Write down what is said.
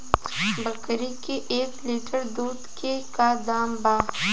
बकरी के एक लीटर दूध के का दाम बा?